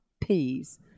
peas